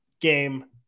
game